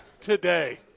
today